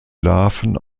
larven